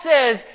says